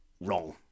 wrong